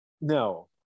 No